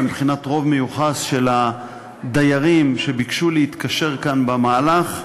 ומבחינת רוב מיוחס של הדיירים שביקשו להתקשר כאן במהלך,